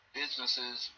businesses